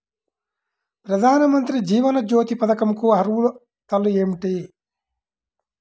ప్రధాన మంత్రి జీవన జ్యోతి పథకంకు అర్హతలు ఏమిటి?